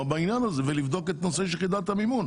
בעניין הזה ולבדוק את נושא יחידת המימון?